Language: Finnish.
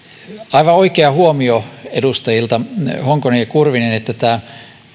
aivan oikea huomio edustajilta honkonen ja kurvinen että tämä